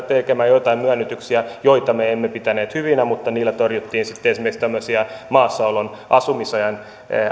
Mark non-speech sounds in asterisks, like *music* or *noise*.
*unintelligible* tekemään joitain myönnytyksiä joita me emme pitäneet hyvinä mutta niillä torjuttiin sitten esimerkiksi tämmöisiä maassaolon asumisajan